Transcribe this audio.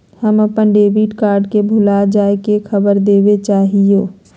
हम अप्पन debit card के भुला जाये के खबर देवे चाहे हियो